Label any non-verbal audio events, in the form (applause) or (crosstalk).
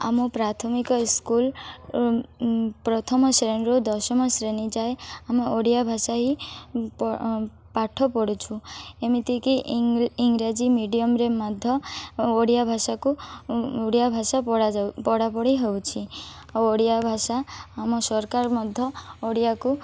ଆମ ପ୍ରାଥମିକ ସ୍କୁଲ୍ ପ୍ରଥମ ଶ୍ରେଣୀରୁ ଦଶମ ଶ୍ରେଣୀ ଯାଏ ଆମେ ଓଡ଼ିଆ ଭାଷା ହିଁ (unintelligible) ପାଠ ପଢ଼ୁଛୁ ଏମିତିକି ଇଂରାଜୀ ମିଡ଼ିୟମ୍ରେ ମଧ୍ୟ ଓଡ଼ିଆ ଭାଷାକୁ (unintelligible) ଓଡ଼ିଆ ଭାଷା ପଢ଼ାଯାଉ ପଢ଼ାପଢ଼ି ହଉଛି ଆଉ ଓଡ଼ିଆ ଭାଷା ଆମ ସରକାର ମଧ୍ୟ ଓଡ଼ିଆକୁ